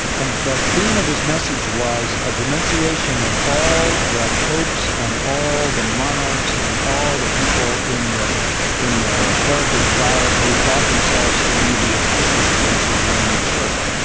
and the theme of his message was a denunciation of all the popes, and all the monarchs, and all the people in the in the clerical garb who thought themselves to be the officious ones who ran the church.